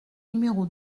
numéro